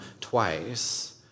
twice